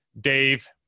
Dave